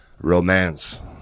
romance